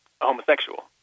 homosexual